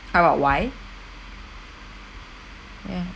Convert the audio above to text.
how about why ya